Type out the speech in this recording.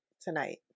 tonight